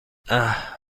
اَه